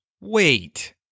Wait